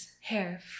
hair